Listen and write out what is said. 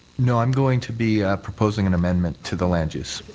no, i'm going to be proposing an amendment to the land use.